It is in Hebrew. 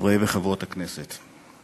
חברי וחברות הכנסת,